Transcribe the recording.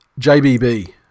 JBB